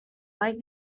like